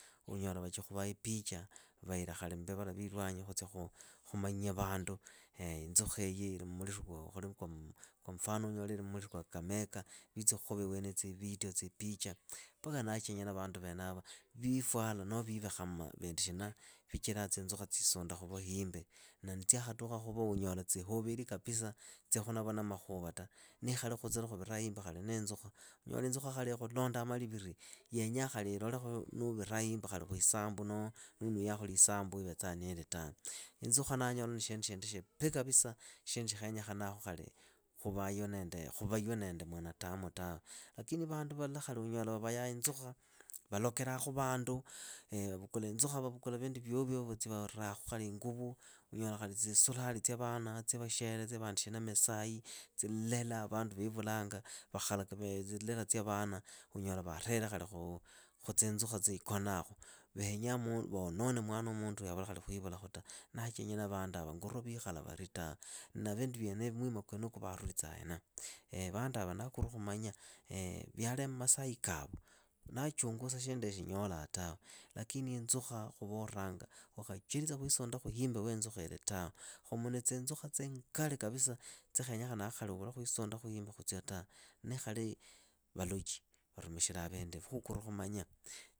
Unyola vachikhuvaa ipicha vahila khali mbivala viilwanyi khuzwa khumanya vandu inzukhiyi kwa mfano unyole ili mmuliru kwa kakamega, vitsi khuva iweniyi tsivedio tsipicha, paka ndachenya na vandu venava vifuala noo vivakha vindu shina vichiraa tsinzukha tsisunda khuvo himbi na tsyakhatukha khuvo unyola tsihuveli kapisa, tsikhunavo na makhuva ta. Nikhali khutse lwa khuvira himbi niinzukha unyola inzukha khali ikhulonda maliviri. yenya khali ilolekhu nuuviraa himbi khali kwisambu nohoo nuunuyakhu lisambu wiivetsaa niili tawe. Inzukha ndanyola ni shindu shindi shipi kapisa shindu shikhenyekha khali khuvaywa nende mwanatamu tawe. Lakini vandu vala khali unyola vavayaa inzukha. vavukula vindu vyovyo vatsya varakhu khali inguvu, unyola khali tsisuruali tsya vana. misai. llela vandu viivulanga. vakhalaka llela tsya vana unyola khali varele khutsinzukha tsikonakhu. Venya vonone mwana wa munduoyo avule khali khuivulakhu ta. Ndachenya na vanduava ngorwa vikhala vari tawe. Na mwima kwenuku varutsa hena. Vanduava ndakorwa khumanya vyali mmasai kavo, ndaachungusa shinduesho nyola tawe. Lakini inzukha khuvolanga ukhachelitsakhuisundakhu himbi wiinzukha ili tawe. Khumu na tsinzukha tsingali kabisa tsikhrnyekhanaa khali uvule khwisunda himbi khutsyo tawe. Nikhali valochi varumikhilaa vinduevo khukorwakhumanya